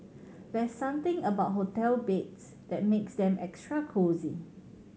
there's something about hotel beds that makes them extra cosy